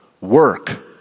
work